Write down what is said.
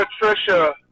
Patricia